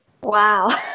Wow